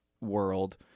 world